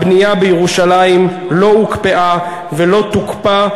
הבנייה בירושלים לא הוקפאה ולא תוקפא.